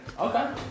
Okay